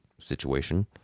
situation